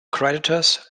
creditors